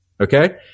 okay